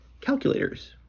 calculators